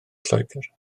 lloegr